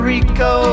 Rico